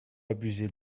abuser